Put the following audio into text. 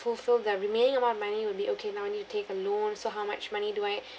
fulfill that remaining amount of money would be okay now I need to take a loan so how much money do I